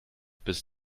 bis